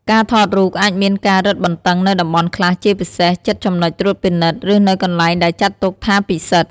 ការថតរូបអាចមានការរឹតបន្តឹងនៅតំបន់ខ្លះ ជាពិសេស ជិតចំណុចត្រួតពិនិត្យ ឬនៅកន្លែងដែលចាត់ទុកថាពិសិដ្ឋ។